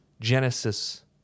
Genesis